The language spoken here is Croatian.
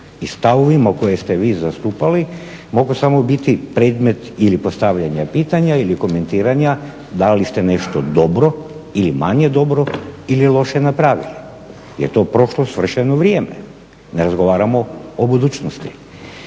i stavovima koje ste vi zastupali, mogu samo biti predmet ili postavljanja pitanja ili komentiranja da li ste nešto dobro ili manje dobro ili loše napravili jer je to prošlo svršeno vrijeme. Ne razgovaramo o budućnosti.